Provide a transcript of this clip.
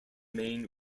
main